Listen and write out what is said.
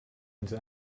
into